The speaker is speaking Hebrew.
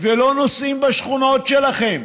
ולא נוסעים בשכונות שלכם,